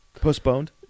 postponed